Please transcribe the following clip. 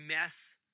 mess